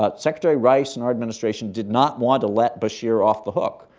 but secretary rice and our administration did not want to let bashir off the hook,